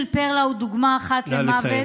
הסיפור של פרלה הוא דוגמה אחת למוות,